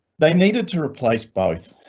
they needed to replace both.